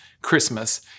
Christmas